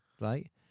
right